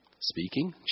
Speaking